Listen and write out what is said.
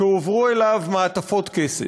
שהובאו אליו מעטפות כסף.